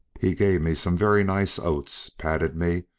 he gave me some very nice oats, patted me,